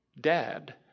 dad